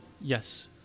yes